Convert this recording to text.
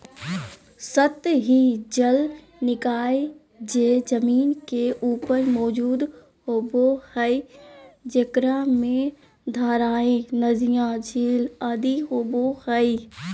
सतही जल निकाय जे जमीन के ऊपर मौजूद होबो हइ, जेकरा में धाराएँ, नदियाँ, झील आदि होबो हइ